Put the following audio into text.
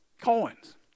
Coins